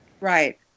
Right